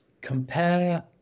compare